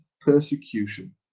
persecution